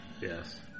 Yes